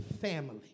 family